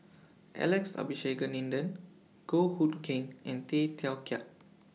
Alex Abisheganaden Goh Hood Keng and Tay Teow Kiat